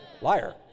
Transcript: Liar